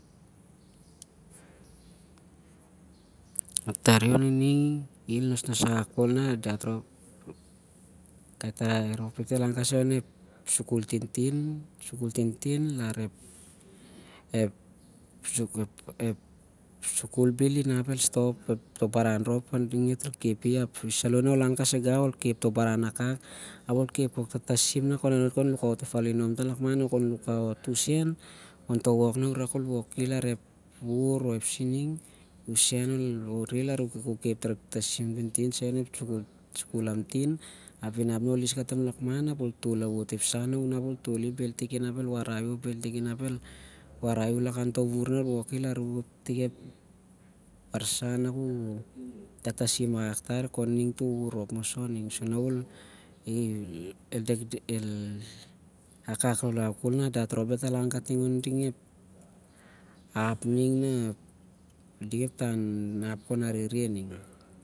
Tari inosnos akak khol nah ep tarai rhop dit el lan khon toh sukul tintin larep arereh bhel inap khon titih. Isaloh nah ol lan kasaigau, ol khep ep tatasim nah khon toh pasu tah- an lakman. Toh wuvur nah urak ol toli u nap ol wur akaki lar ku khep pas tar ep tatasim lamtin onep sukul lamtin